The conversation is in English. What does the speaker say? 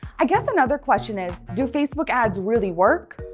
i guess another question is do facebook ads really work?